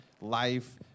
life